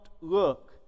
look